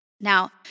Now